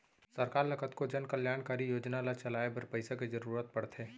सरकार ल कतको जनकल्यानकारी योजना ल चलाए बर पइसा के जरुरत पड़थे